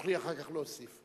תוכלי אחר כך להוסיף.